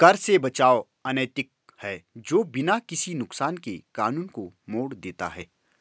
कर से बचाव अनैतिक है जो बिना किसी नुकसान के कानून को मोड़ देता है